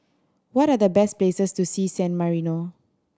what are the best places to see San Marino